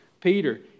Peter